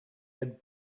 had